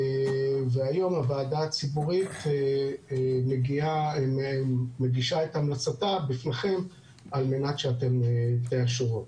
והיום הוועדה הציבורית מגישה את המלצתה בפניכם על מנת שאתם תאשרו אותה.